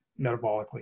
metabolically